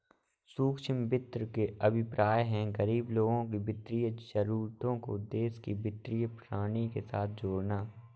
सूक्ष्म वित्त से अभिप्राय है, गरीब लोगों की वित्तीय जरूरतों को देश की वित्तीय प्रणाली के साथ जोड़ना